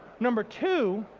number two,